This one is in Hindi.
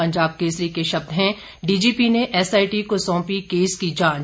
पंजाब केसरी के शब्द हैं डीजीपी ने एसआईटी को सौंपी केस की जांच